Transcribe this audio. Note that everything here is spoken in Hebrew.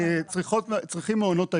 אני אזכיר שמעונות היום,